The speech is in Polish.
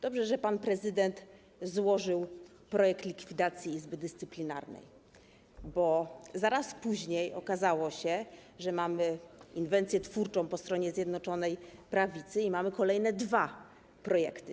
Dobrze, że pan prezydent złożył projekt likwidacji Izby Dyscyplinarnej, bo chwilę później okazało się, że mamy inwencję twórczą po stronie Zjednoczonej Prawicy i mamy kolejne dwa projekty.